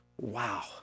wow